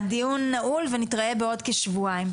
נתראה בעוד כשבועיים.